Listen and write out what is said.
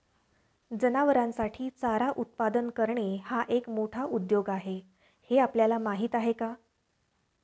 जनावरांसाठी चारा उत्पादन करणे हा एक मोठा उद्योग आहे हे आपल्याला माहीत आहे का?